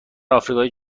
آفریقای